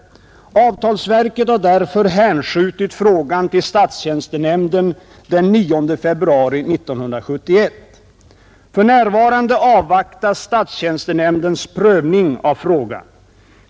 Avtalsverket har därför hänskjutit frågan till statstjänstenämnden den 9 februari 1971. För närvarande avvaktas statstjänstenämndens prövning av frågan.